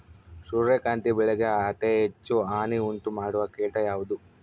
ಸೂರ್ಯಕಾಂತಿ ಬೆಳೆಗೆ ಅತೇ ಹೆಚ್ಚು ಹಾನಿ ಉಂಟು ಮಾಡುವ ಕೇಟ ಯಾವುದು?